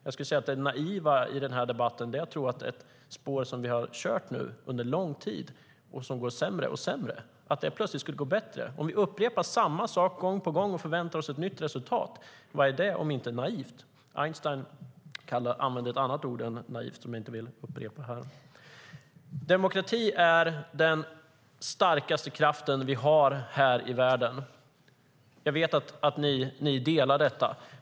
Det som är naivt i debatten är att tro att ett spår som vi har kört på under lång tid nu och som går allt sämre plötsligt skulle gå bättre. Om vi upprepar samma sak gång på gång och förväntar oss ett nytt resultat, vad är det om inte naivt? Einstein använde att annat ord än naivt, men jag vill inte upprepa det här. Demokrati är den starkaste kraft vi har i världen. Jag vet att ni delar den synen.